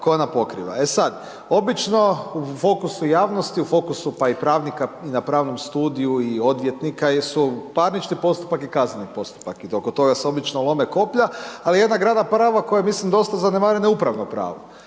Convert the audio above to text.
koje ona pokriva. E sad, obično u fokusu javnosti, u fokusu pa i pravnika na pravnom studiju i odvjetnika jesu parnički postupak i kazneni postupak i oko toga se obično lome koplja, ali jedna grana prava koja je mislim dosta zanemarena je upravno pravo.